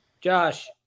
Josh